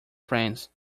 friends